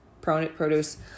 produce